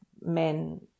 men